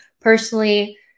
Personally